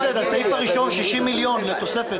עודד, הסעיף הראשון הוא 60 מיליון לתוספת.